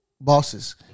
bosses